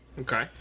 Okay